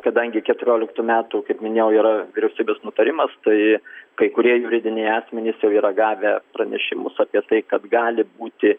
kadangi keturioliktų metų kaip minėjau yra vyriausybės nutarimas tai kai kurie juridiniai asmenys jau yra gavę pranešimus apie tai kad gali būti